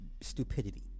stupidity